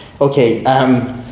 okay